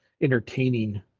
entertaining